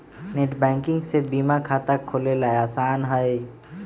net banking से बीमा खाता खोलेला आसान हई